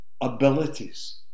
abilities